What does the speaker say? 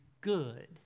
good